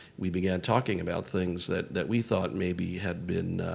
we began talking about things that that we thought maybe had been